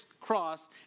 cross